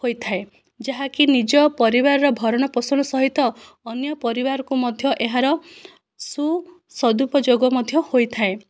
ହୋଇଥାଏ ଯାହାକି ନିଜ ପରିବାରର ଭରଣପୋଷଣ ସହିତ ଅନ୍ୟ ପରିବାରକୁ ମଧ୍ୟ ଏହାର ସୁସଦୁପଯୋଗ ମଧ୍ୟ ହୋଇଥାଏ